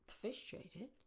Frustrated